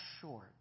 short